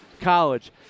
College